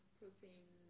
protein